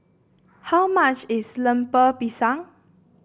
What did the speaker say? how much is Lemper Pisang